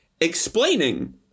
explaining